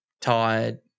tired